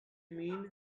mean